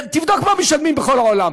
תבדוק מה משלמים בכל העולם.